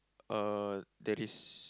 uh there is